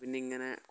പിന്നെ ഇങ്ങനെ